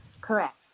Correct